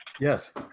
Yes